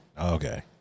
Okay